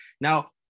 Now